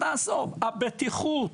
הבטיחות,